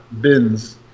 bins